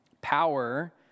power